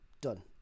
done